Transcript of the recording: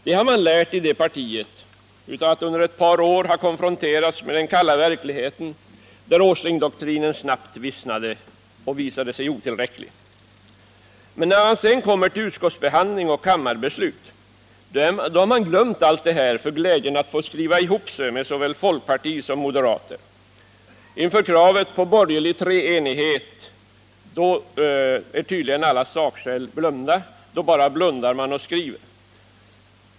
Det har man i detta parti lärt av att under ett par år ha konfronterats med den kalla verkligheten, där Åslingdoktrinen snabbt vissnade och visade sig otillräcklig. Men när man sedan kommer till utskottsbehandling och kammarbeslut har man glömt allt det här för glädjen att få skriva ihop sig med såväl folkpartister som moderater. Inför kravet på borgerlig treenighet är tydligen alla sakskäl glömda. Då bara blundar man och skriver.